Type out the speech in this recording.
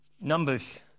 Numbers